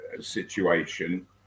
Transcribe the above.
situation